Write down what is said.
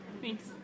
Thanks